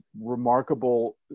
remarkable